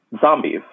zombies